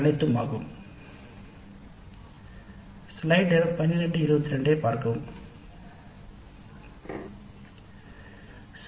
அதிலுள்ள சிக்கல்களை சமாளித்து தண்டர் சூழ்நிலைக்கு ஏற்ற சர்வே முறையை உருவாக்க முடியும்